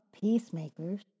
peacemakers